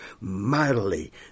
mightily